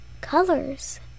colors